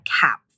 cap